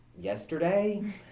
yesterday